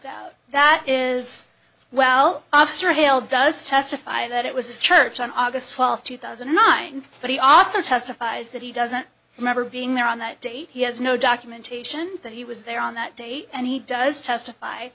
doubt that is well officer hill does testify that it was a church on august twelfth two thousand and nine but he also testifies that he doesn't remember being there on that day he has no documentation that he was there on that day and he does testify